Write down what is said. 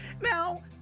now